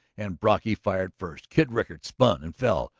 and brocky fired first. kid rickard spun and fell.